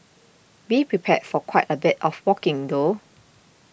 be prepared for quite a bit of walking though